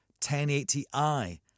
1080i